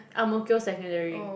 Ang-Mo-Kio secondary